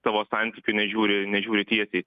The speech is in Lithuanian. tavo santykiu nežiūri nežiūri tiesiai